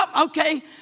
Okay